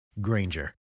Granger